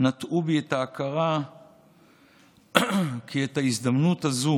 נטעו בי את ההכרה כי את ההזדמנות הזו